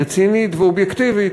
רצינית ואובייקטיבית,